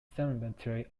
cemetery